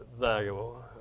valuable